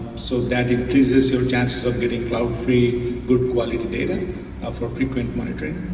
so that it reduces your chances of getting cloud free, good quality data of of frequent monitoring.